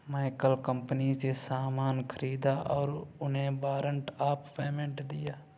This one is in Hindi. मैं कल कंपनी से सामान ख़रीदा और उन्हें वारंट ऑफ़ पेमेंट दिया